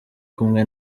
kumwe